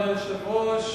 אדוני היושב-ראש,